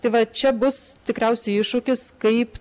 tai va čia bus tikriausiai iššūkis kaip